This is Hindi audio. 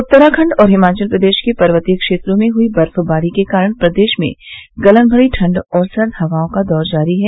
उत्तराखण्ड और हिमाचल प्रदेश के पर्वतीय क्षेत्रों में हई बर्फबारी के कारण प्रदेश में गलनभरी ठण्ड और सर्द हवाओं का दौर जारी है